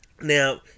Now